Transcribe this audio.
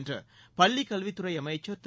என்று பள்ளிக் கல்வித்துறை அமைச்சர் திரு